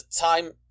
time